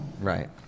Right